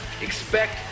Expect